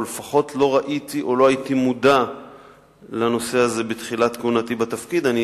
או לפחות לא ראיתי או לא הייתי מודע לנושא הזה בתחילת כהונתי בתפקיד.